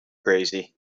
crazy